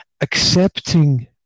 accepting